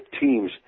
teams